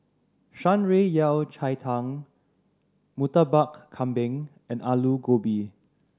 Shan Rui Yao Cai Tang Murtabak Kambing and Aloo Gobi